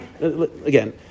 Again